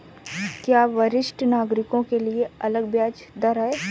क्या वरिष्ठ नागरिकों के लिए अलग ब्याज दर है?